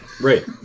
right